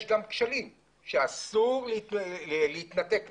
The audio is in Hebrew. אני רוצה לומר שיש גם כשלים שאסור להתעלם מהם.